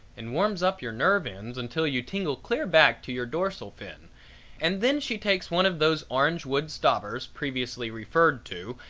and warms up your nerve ends until you tingle clear back to your dorsal fin and then she takes one of those orange wood stobbers previously referred to,